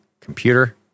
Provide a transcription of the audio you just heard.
computer